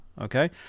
okay